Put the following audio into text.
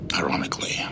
Ironically